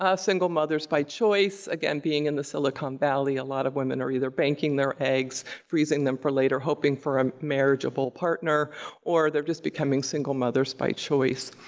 single mothers by choice. again, being in the silicon valley, a lot of women are either banking their eggs, freezing them for later, hoping for a marriageable partner or they're just becoming single mothers by choice.